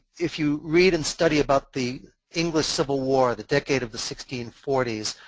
if you read and study about the english civil war, the decade of the sixteen forty s